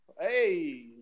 Hey